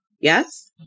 Yes